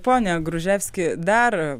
pone gruževski dar